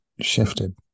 shifted